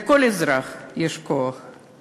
בעידן הנוכחי לכל אזרח יש כוח להגיב,